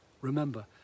Remember